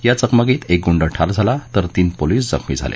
या चकमकीत एक गुंड ठार झाला तर तीन पोलीस जखमी झाले